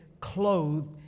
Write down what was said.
clothed